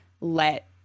let